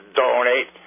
donate